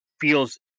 feels